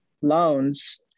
loans